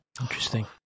Interesting